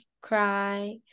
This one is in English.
cry